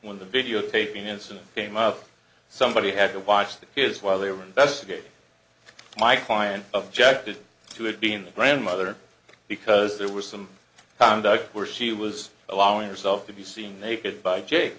when the videotaping incident came up somebody had to watch the kids while they were investigating my client objected to it being the grandmother because there was some conduct where she was allowing herself to be seen naked by j